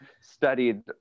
studied